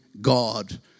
God